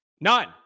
None